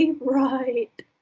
Right